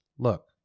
Look